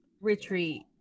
retreat